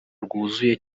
rwuzuye